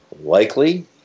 Likely